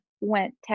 went